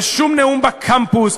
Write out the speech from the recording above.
ושום נאום בקמפוס,